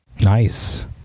nice